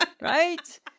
right